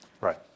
Right